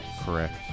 Correct